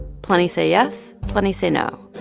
plenty say yes plenty say no.